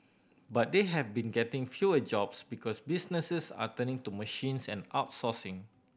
but they have been getting fewer jobs because businesses are turning to machines and outsourcing